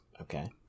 Okay